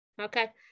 Okay